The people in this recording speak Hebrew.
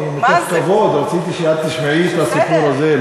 אני מתוך כבוד רציתי שאת תשמעי את הסיפור הזה,